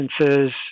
instances